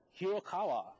Hirokawa